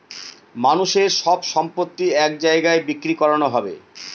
মানুষের সব সম্পত্তি এক জায়গায় বিক্রি করানো হবে